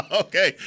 okay